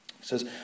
says